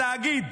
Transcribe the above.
התאגיד,